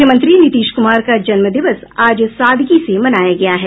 मुख्यमंत्री नीतीश कुमार का जन्मदिवस आज सादगी से मनाया गया है